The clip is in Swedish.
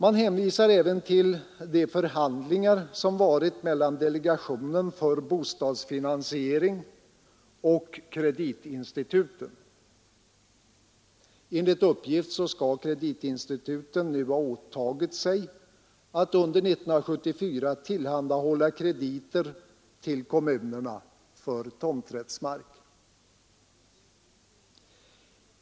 Man hänvisar även till de förhandlingar som förts mellan delegationen för bostadsfinansiering och kreditinstituten. Enligt uppgift skall kreditinstituten nu ha åtagit sig att under 1974 tillhandahålla krediter till kommunerna för tomträttsmark.